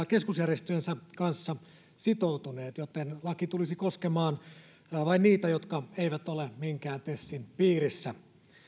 keskusjärjestöjensä kanssa sitoutuneet joten laki tulisi koskemaan vain niitä jotka eivät ole minkään tesin piirissä